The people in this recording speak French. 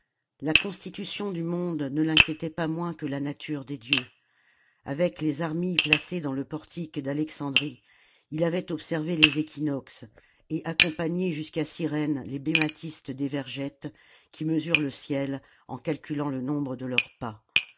la constitution du monde ne l'inquiétait pas moins que la nature des dieux avec les armilles placés dans le portique d'alexandrie il avait observé les équinoxes et accompagné jusqu'à cyrène les bématistes d'evergète qui mesurent le ciel en calculant le nombre de leurs pas